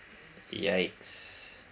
yikes